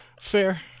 fair